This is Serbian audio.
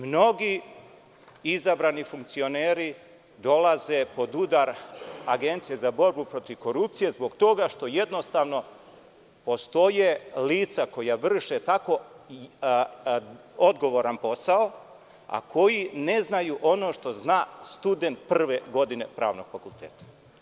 Mnogi izabrani funkcioneri dolaze pod udar Agencije za borbu protiv korupcije, zbog toga što jednostavno postoje lica koja vrše tako odgovoran posao, a koji ne znaju ono što zna student prve godine pravnog fakulteta.